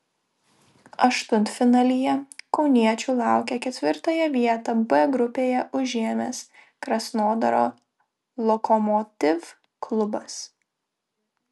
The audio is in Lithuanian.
aštuntfinalyje kauniečių laukia ketvirtąją vietą b grupėje užėmęs krasnodaro lokomotiv klubas